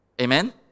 Amen